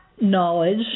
knowledge